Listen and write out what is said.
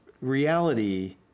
reality